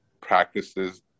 practices